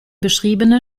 beschriebene